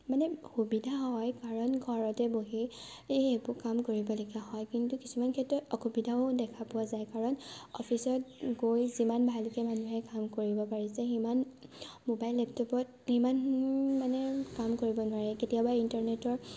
মানে সুবিধা হয় কাৰণ ঘৰতে বহি সেইবোৰ কাম কৰিবলগীয়া হয় কিন্তু অসুবিধাও দেখা পোৱা যায় কাৰণ অফিচত গৈ যিমান ভালকৈ মানুহে ভাল কৰিব পাৰিছে সিমান মবাইল লেপটপত সিমান মানে কাম কৰিব নোৱাৰে কেতিয়াবা ইণ্টাৰনেটৰ